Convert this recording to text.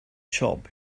job